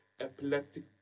epileptic